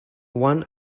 one